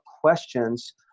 questions